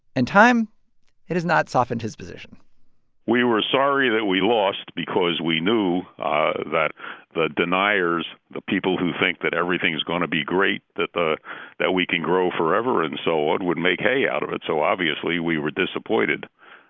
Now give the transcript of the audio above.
and time it has not softened his position we were sorry that we lost because we knew ah that the deniers, the people who think that everything's going to be great, that we can grow forever and so on would make hay out of it. so, obviously, we were disappointed.